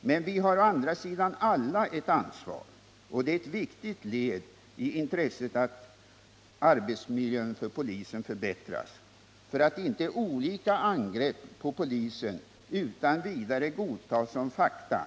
Men vi har å andra sidan alla ett ansvar, och det är ett viktigt led i det sammanhanget att arbetsmiljön för polisen förbättras, så att olika angrepp på polisen inte utan vidare godtas som fakta.